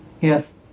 Yes